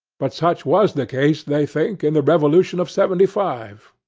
but such was the case, they think, in the revolution of seventy five.